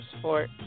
support